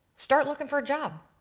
start looking for a job,